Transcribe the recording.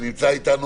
הוא נמצא איתנו